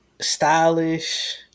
stylish